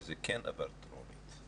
שזה כן דבר טוב,